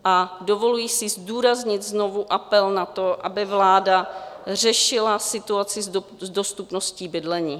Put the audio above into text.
A dovoluji si zdůraznit znovu apel na to, aby vláda řešila situaci s dostupností bydlení.